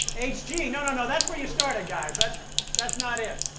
h g no, no, no, that's where you started, guys. that's that's not it.